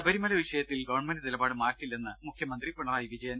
ശബരിമല വിഷയത്തിൽ ഗവൺമെന്റ് നിലപാട് മാറ്റില്ലെന്ന് മുഖ്യ മന്ത്രി പിണറായി വിജയൻ